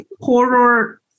horror